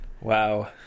Wow